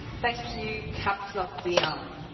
thank you, caps lock dion.